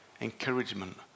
encouragement